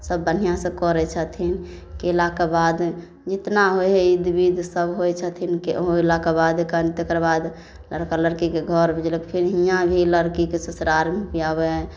सब बढ़िआँसँ करै छथिन कएलाके बाद जतना होइ हइ इध बिध सब होइ छथिन होलाके बाद कन तकर बाद लड़का लड़कीके घर भेजलक फेर हिआँ भी लड़कीके ससुरारिमे आबै हइ